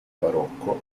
barocco